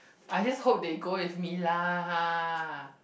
I just hope that you go with me lah